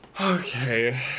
okay